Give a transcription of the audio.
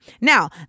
Now